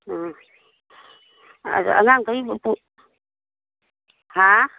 ꯑ ꯑꯗꯣ ꯑꯉꯥꯡꯈꯩ ꯍꯥ